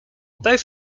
both